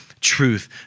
truth